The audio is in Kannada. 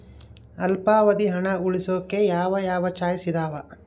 ಅಲ್ಪಾವಧಿ ಹಣ ಉಳಿಸೋಕೆ ಯಾವ ಯಾವ ಚಾಯ್ಸ್ ಇದಾವ?